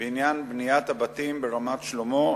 בעניין בניית הבתים ברמת-שלמה,